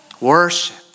Worship